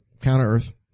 counter-earth